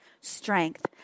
strength